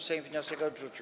Sejm wniosek odrzucił.